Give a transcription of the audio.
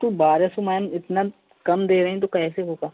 तो बारह सौ मैम इतना कम दे रही हैं तो कैसे होगा